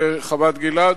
בחוות-גלעד,